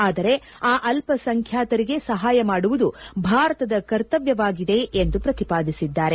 ಆದರೆ ಆ ಅಲ್ಪ ಸಂಖ್ಯಾತರಿಗೆ ಸಹಾಯ ಮಾಡುವುದು ಭಾರತದ ಕರ್ತವ್ಯವಾಗಿದೆ ಎಂದು ಪ್ರತಿಪಾದಿಸಿದ್ದಾರೆ